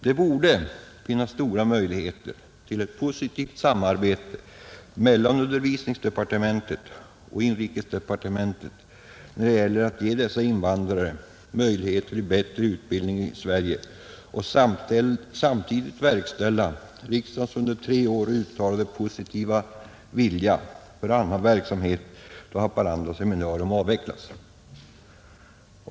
Det borde finnas stora möjligheter till ett positivt samarbete mellan utbildningsdepartementet och inrikesdepartementet när det gäller att ge dessa invandrare möjligheter till bättre utbildning i Sverige och samtidigt verkställa riksdagens under tre år uttalade positiva vilja för annan verksamhet då Haparandaseminariet avvecklas.